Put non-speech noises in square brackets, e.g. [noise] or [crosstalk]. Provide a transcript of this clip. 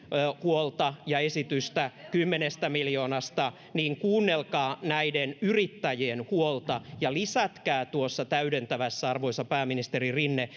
huolta ja esitystä kymmenestä miljoonasta niin kuunnelkaa näiden yrittäjien huolta ja lisätkää tuossa täydentävässä esityksessä arvoisa pääministeri rinne [unintelligible]